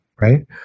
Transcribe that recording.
right